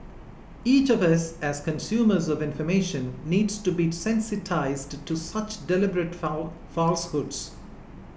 each of us as consumers of information needs to be sensitised to such deliberate falsehoods